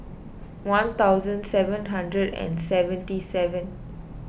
one thousand seven hundred and seventy seven